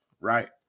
right